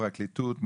פרקליטות,